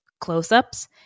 close-ups